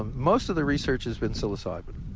most of the research has been psilocybin.